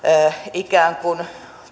ikään kuin